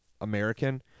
American